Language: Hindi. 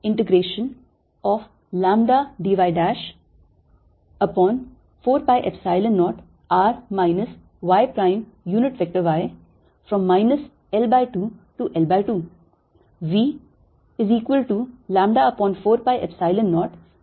Vxyz4π0 L2L2dyx2z2y y2 आइए अब हम समाकलन करते हैं आइए हम x square plus z square को किसी rho वर्ग के रूप में लेते हैं